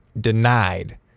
denied